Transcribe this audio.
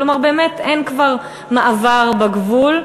כלומר באמת אין כבר מעבר בגבול,